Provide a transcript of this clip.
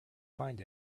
find